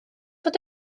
fod